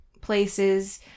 places